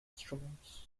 instruments